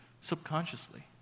subconsciously